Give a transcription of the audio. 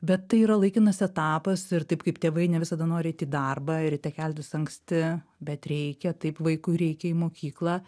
bet tai yra laikinas etapas ir taip kaip tėvai ne visada nori eit į darbą ryte keltis anksti bet reikia taip vaikui reikia į mokyklą